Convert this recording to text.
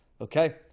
Okay